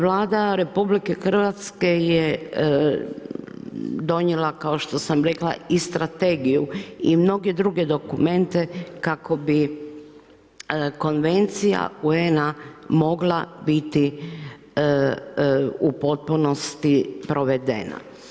Vlada RH je donijela kao što sam rekla i strategiju i mnoge druge dokumente kako bi Konvencija UN-a mogla biti u potpunosti provedena.